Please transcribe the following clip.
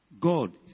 God